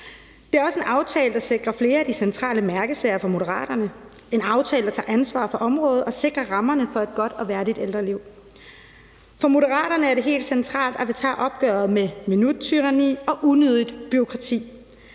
Det er også en aftale, der sikrer flere af de centrale mærkesager for Moderaterne. Det er en aftale, der tager ansvar for området og sikrer rammerne for et godt og værdigt ældreliv. For Moderaterne er det helt centralt, at vi tager opgøret med minuttyranni og unødigt bureaukrati.